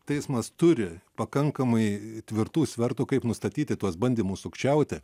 teismas turi pakankamai tvirtų svertų kaip nustatyti tuos bandymus sukčiauti